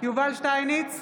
יובל שטייניץ,